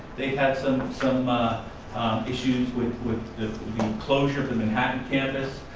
they've had some some ah issues with with the closure of the manhattan campus.